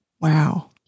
Wow